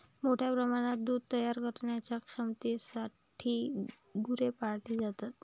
मोठ्या प्रमाणात दूध तयार करण्याच्या क्षमतेसाठी गुरे पाळली जातात